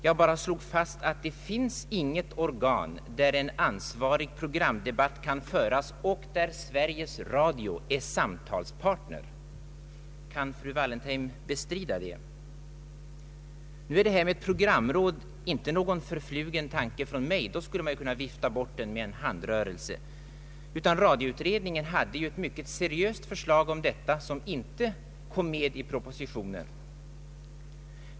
Jag fastslog endast att det finns inget organ där en ansvarig programdebatt kan föras och där Sveriges Radio är samtalspartner. Kan fru Wallentheim bestrida det? Nu är detta med programråd inte någon förflugen tanke från mig — då skulle man ju kunna vifta bort den med en handrörelse — utan radioutredningen hade ett mycket seriöst förslag om detta som inte kom med i propositionen.